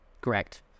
Correct